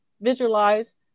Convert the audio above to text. visualize